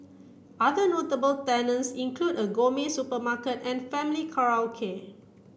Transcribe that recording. other notable tenants include a gourmet supermarket and family karaoke